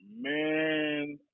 man